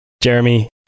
Jeremy